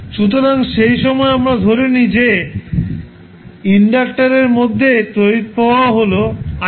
সুতরাং সেই সময় আমরা ধরে নিই যে ইন্ডাক্টারের মধ্যে তড়িৎ প্রবাহ হল I0